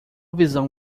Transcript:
visão